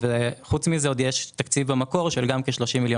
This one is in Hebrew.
חוץ מזה עוד יש תקציב במקור של כ-30 מיליון